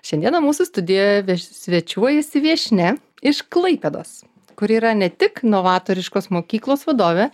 šiandieną mūsų studijoje ve svečiuojasi viešnia iš klaipėdos kuri yra ne tik novatoriškos mokyklos vadovė